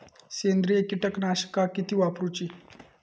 सेंद्रिय कीटकनाशका किती वापरूची?